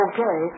Okay